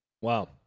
Wow